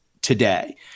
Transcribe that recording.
today